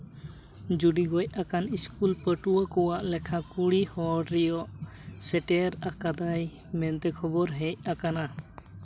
ᱡᱩᱸᱰᱤ ᱜᱚᱡ ᱟᱠᱟᱱ ᱥᱠᱩᱞ ᱯᱟᱴᱷᱩᱣᱟᱹ ᱠᱚᱣᱟᱜ ᱞᱮᱠᱷᱟ ᱠᱩᱲᱤ ᱦᱚᱲ ᱨᱮᱭᱟᱜ ᱥᱮᱴᱮᱨ ᱟᱠᱟᱫᱟᱭ ᱢᱮᱱᱛᱮ ᱠᱷᱚᱵᱚᱨ ᱦᱮᱡ ᱟᱠᱟᱱᱟ